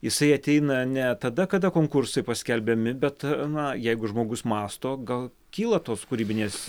jisai ateina ne tada kada konkursai paskelbiami bet na jeigu žmogus mąsto gal kyla tos kūrybinės